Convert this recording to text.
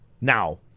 now